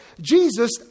Jesus